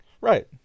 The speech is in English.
Right